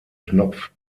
knopf